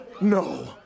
No